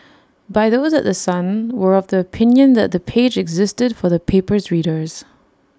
by those at The Sun were of the opinion that the page existed for the paper's readers